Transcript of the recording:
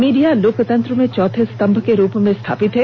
media लोकतंत्र में चौथे स्तंभ के रूप में स्थापित है